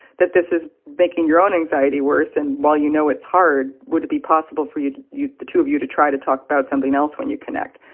that this is making your own anxiety worse, and while you know it's hard, would it be possible for you you the two of you to try to talk about something else when you connect?